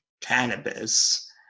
cannabis